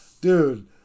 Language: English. dude